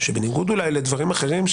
שבניגוד אולי לדברים אחרים,